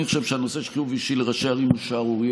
אני חושב שהנושא של חיוב אישי לראשי ערים הוא שערורייה,